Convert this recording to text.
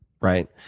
right